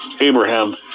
Abraham